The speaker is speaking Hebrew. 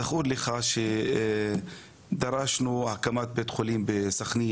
זכור לך שדרשנו הקמת בית חולים בסכנין?